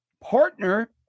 partner